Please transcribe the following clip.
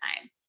time